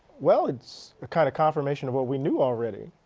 well, it's a kind of confirmation of what we knew already.